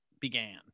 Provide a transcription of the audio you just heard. began